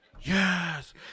yes